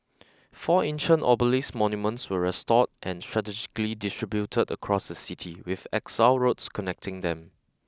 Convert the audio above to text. four ancient obelisk monuments were restored and strategically distributed across the city with axial roads connecting them